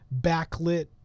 backlit